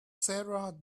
sarah